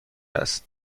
است